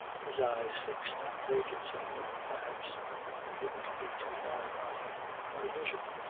his eyes fixed on vacancy, or perhaps i wouldn't be too hard on him on a vision.